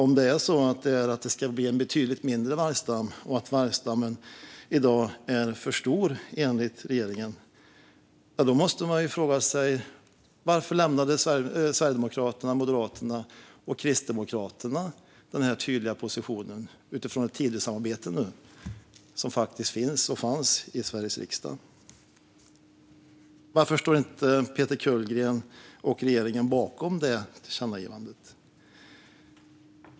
Om det ska bli en betydligt mindre vargstam och vargstammen i dag är för stor enligt regeringen, då måste man ju fråga sig varför Sverigedemokraterna, Moderaterna och Kristdemokraterna nu utifrån Tidösamarbetet lämnat den tydliga position som faktiskt finns, och fanns, i Sveriges riksdag. Varför står inte Peter Kullgren och regeringen bakom det tillkännagivandet?